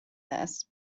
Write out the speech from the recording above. this